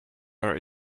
are